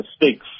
mistakes